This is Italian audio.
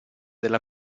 della